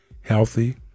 healthy